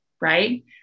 right